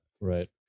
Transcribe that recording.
Right